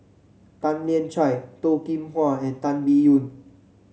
Tan Lian Chye Toh Kim Hwa and Tan Biyun